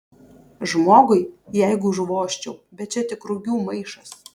žmogui jeigu užvožčiau bet čia tik rugių maišas